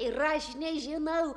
ir aš nežinau